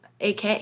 AK